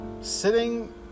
sitting